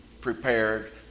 prepared